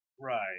Right